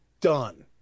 done